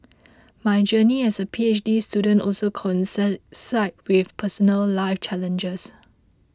my journey as a P H D student also coincided cite with personal life challenges